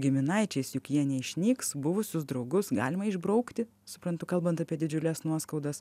giminaičiais juk jie neišnyks buvusius draugus galima išbraukti suprantu kalbant apie didžiules nuoskaudas